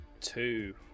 Two